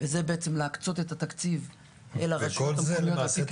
וזה בעצם להקצות את התקציב אל הרשות את התוכניות על פי